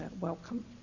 welcome